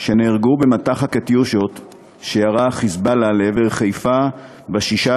שנהרגו במטח "קטיושות" שירה ה"חיזבאללה" לעבר חיפה ב-16